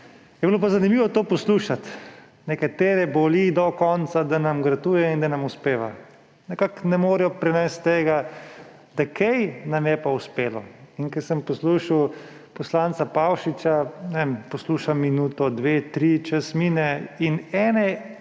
Je bilo pa zanimivo to poslušati. Nekatere boli do konca, da nam uspeva. Nekako ne morejo prenesti tega, da kaj nam je pa uspelo. In ko sem poslušal poslanca Pavšiča, ne vem, poslušam minuto, dve, tri, čas mine in ene